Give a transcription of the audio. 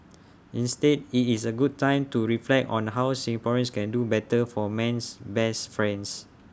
instead IT is A good time to reflect on how Singaporeans can do better for man's best friends